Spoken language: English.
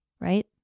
right